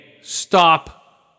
stop